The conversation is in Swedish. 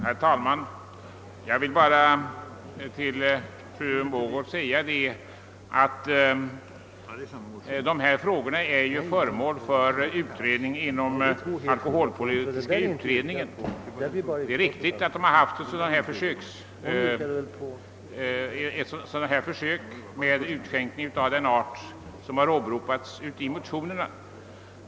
Herr talman! Dessa frågor är föremål för utredning inom alkoholpolitiska utredningen. Det är riktigt att det förekommit försök av det slag som åberopas i motionerna.